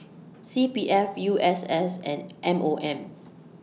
C P F U S S and M O M